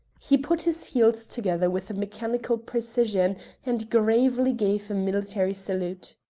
he put his heels together with a mechanical precision and gravely gave a military salute.